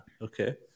okay